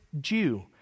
Jew